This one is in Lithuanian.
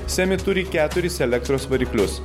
semi turi keturis elektros variklius